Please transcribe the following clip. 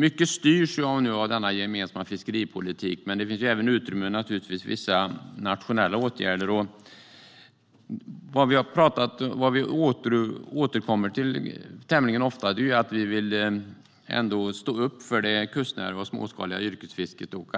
Mycket styrs nu av denna gemensamma fiskeripolitik, men det finns naturligtvis utrymme för vissa nationella åtgärder. Vi återkommer tämligen ofta till att vi ändå vill stå upp för det kustnära och småskaliga yrkesfisket, och